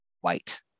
white